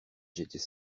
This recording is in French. j’étais